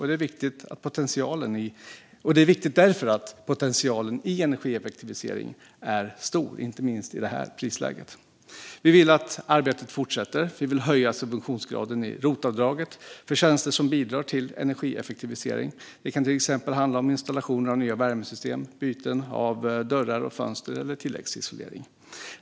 Det är därför viktigt att potentialen i energieffektiviseringen är stor, inte minst i detta prisläge. Vi vill att arbetet fortsätter. Vi vill höja subventionsgraden i rotavdraget för tjänster som bidrar till energieffektivisering. Det kan till exempel handla om installationer av nya värmesystem, byten av dörrar och fönster eller tilläggsisolering.